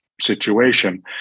Situation